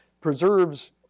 preserves